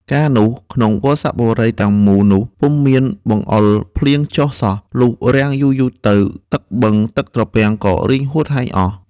កាលនោះ ក្នុងវស្សបុរីទាំងមូលនោះ ពុំមានបង្អុរភ្លៀងចុះសោះ លុះរាំងយូរៗទៅ ទឹកបឹង ទឹកត្រពាំង ក៏រីងហួតហែងអស់។